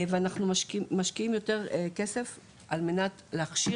ואנחנו משקיעים יותר כסף על מנת להכשיר